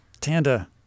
Tanda-